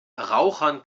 rauchern